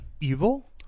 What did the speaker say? evil